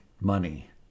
money